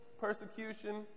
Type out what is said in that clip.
persecution